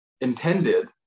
intended